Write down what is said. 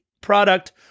product